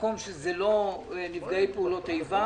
במקום שזה לא נפגעי פעולות איבה